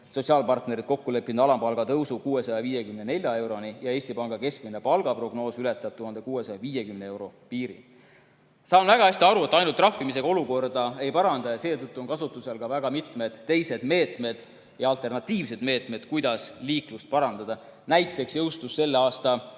sotsiaalpartnerid kokku leppinud alampalga tõusu 654 euroni ja Eesti Panga keskmise palga prognoos ületab 1650 euro piiri. Saan väga hästi aru, et ainult trahvimisega olukorda ei paranda, ja seetõttu on kasutusel ka väga mitmed teised meetmed, alternatiivsed meetmed, kuidas liiklusohutust parandada. Näiteks jõustus selle aasta